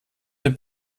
dem